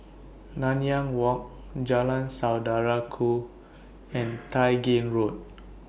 Nanyang Walk Jalan Saudara Ku and Tai Gin Road